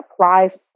applies